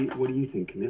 what do you think,